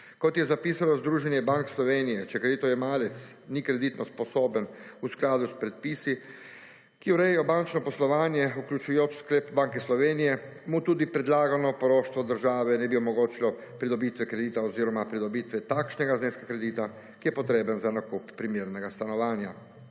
Ko je zapisano v Združenju bank Slovenije, če kreditojemalec ni kreditno sposoben v skladu s predpisi, ki urejajo bančno poslovanje vključujoč sklep Banke Slovenije mu tudi predlagano poroštvo države ne bi omogočilo pridobitve kredita oziroma pridobitve takšnega zneska kredita, ki je potreben za nakup primernega stanovanja.